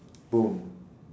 boom